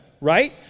Right